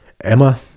Emma